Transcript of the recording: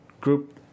group